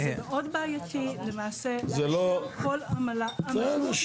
וזה מאוד בעייתי למעשה כל עמלה --- בסדר.